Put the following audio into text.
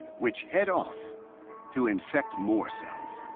which head off to infect more cells.